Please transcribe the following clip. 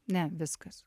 ne viskas